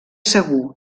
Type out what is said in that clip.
segur